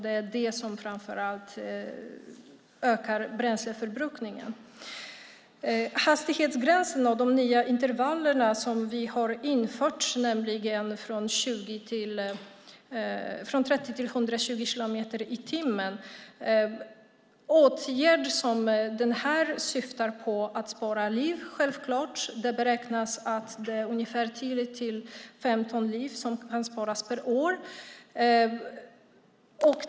Det är det som framför allt ökar bränsleförbrukningen. Vi har infört nya intervall för hastighetsgränserna, nämligen från 30 till 120 kilometer i timmen. Åtgärder som den här syftar självklart till att spara liv. Det beräknas att ungefär 10 till 15 liv kan sparas per år.